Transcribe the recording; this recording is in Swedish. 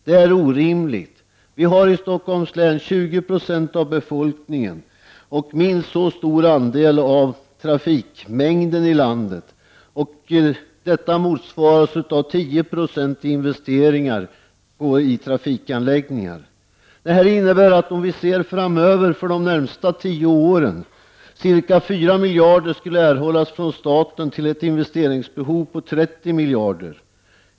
Detta är orimligt. Vi har i Stockholms län 20 96 av befolkningen och minst så stor andel av trafikmängden i landet. Detta motsvaras bara av investeringar på 10 90 i trafikanläggningar. Detta innebär att framöver för de närmaste tio åren skulle ca 4 miljarder erhållas från staten till ett investeringsbehov på 30 miljarder.